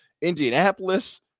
Indianapolis